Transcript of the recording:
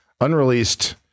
unreleased